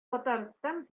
татарстан